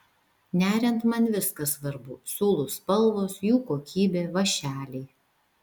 neriant man viskas svarbu siūlų spalvos jų kokybė vąšeliai